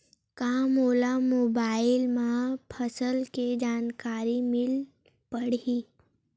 का मोला मोबाइल म फसल के जानकारी मिल पढ़ही?